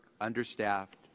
understaffed